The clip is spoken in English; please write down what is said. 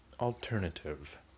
alternative